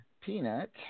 Peanut